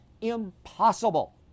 Impossible